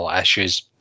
issues